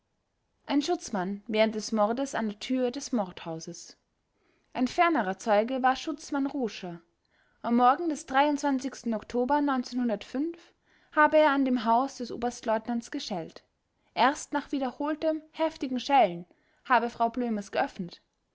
ein schutzmann während des mordes an der tür des mordhauses ein fernerer zeuge war schutzmann roscher am morgen des oktober habe er an dem hause des oberstleutnants geschellt erst nach wiederholtem heftigen schellen habe frau blömers geöffnet